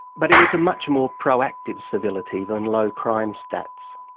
but it was a much more pro-active civility than low crime stats.